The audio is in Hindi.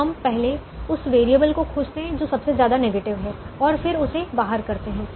तो हम पहले उस वेरिएबल को खोजते हैं जो सबसे ज्यादा नेगेटिव है और फिर उसे बाहर करते हैं